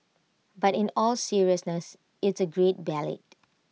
but in all seriousness it's A great ballad